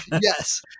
yes